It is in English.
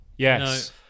Yes